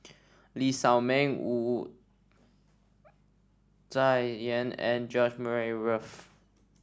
Lee Shao Meng Wu Tsai Yen and George Murray Reith